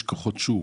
יש כוחות שוק,